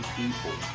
people